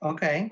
Okay